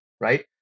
right